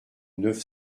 neuf